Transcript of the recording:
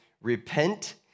Repent